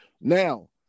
Now